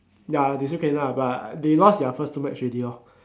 ya they still can lah but they lost their first two match already [what]